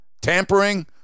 tampering